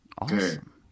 Awesome